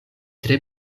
tre